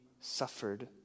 suffered